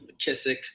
McKissick